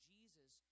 Jesus